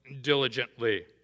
diligently